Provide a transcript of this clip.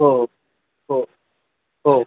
hope हो hope